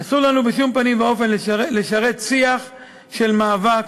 אסור לנו בשום פנים ואופן לשרת שיח של מאבק